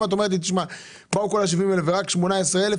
אם את אומרת לי שבאו כל ה-70 אלף ורק לגבי 18 אלף